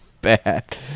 bad